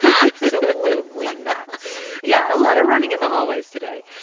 kind of absolutely nuts yeah, a lot of running in the hallways today.